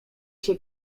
się